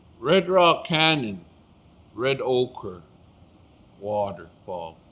red rock canyon red ochre waterfall.